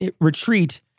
retreat